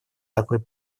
такой